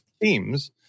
themes